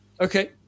Okay